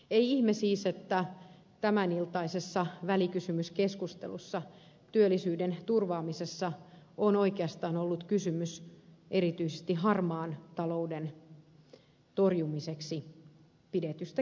ei ihme siis että tämäniltaisessa välikysymyskeskustelussa työllisyyden turvaamisessa on oikeastaan ollut kysymys erityisesti harmaan talouden torjumiseksi pidetystä keskustelusta